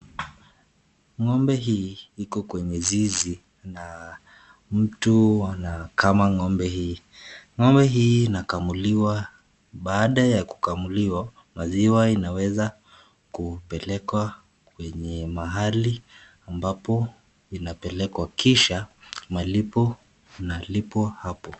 Ng'ombe huyu iko kwenye zizi na mtu anakama ng'ombe huyu.Ng'ombe huyu inakamuliwa, baada ya kukamuliwa maziwa inaweza kupelekwa kwenye mahali ambapo inapelekwa kisha malipo unalipwa hapo.